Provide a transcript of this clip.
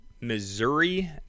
Missouri